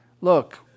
look